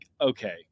okay